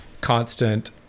constant